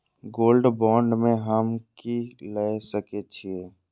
Gold bond में हम की ल सकै छियै?